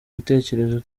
bitekerezo